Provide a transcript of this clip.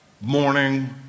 morning